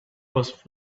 was